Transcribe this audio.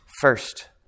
First